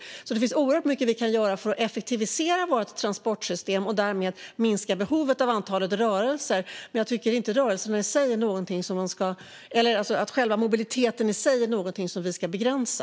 Det finns alltså oerhört mycket vi kan göra för att effektivisera vårt transportsystem och därmed minska behovet av antalet rörelser. Men jag tycker inte att själva mobiliteten är något vi ska begränsa.